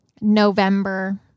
November